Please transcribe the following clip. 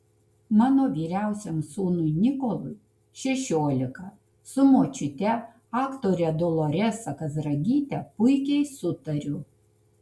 mano vyriausiam sūnui nikolui šešiolika su močiute aktore doloresa kazragyte puikiai sutariu